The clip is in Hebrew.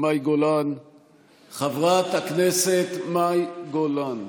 חברת הכנסת מאי גולן,